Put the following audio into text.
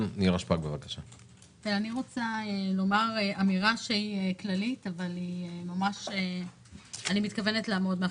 אני רוצה לומר אמירה כללית אבל אני מתכוונת לעמוד מאחוריה.